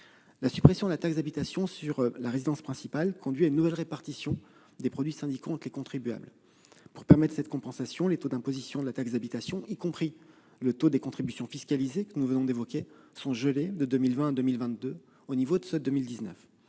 La suppression de la taxe d'habitation sur la résidence principale conduit à une nouvelle répartition des produits syndicaux entre les contribuables. Pour permettre cette compensation, les taux d'imposition de la taxe d'habitation, y compris le taux des contributions fiscalisées que nous venons d'évoquer, sont gelés de 2020 à 2022 au niveau de 2019.